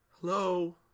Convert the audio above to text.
hello